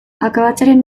akabatzearen